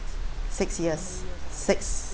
six years six